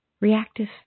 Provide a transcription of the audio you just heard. reactive